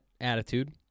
attitude